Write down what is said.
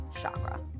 chakra